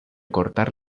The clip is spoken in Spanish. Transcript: cortar